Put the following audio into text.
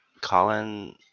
Colin